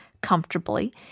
comfortably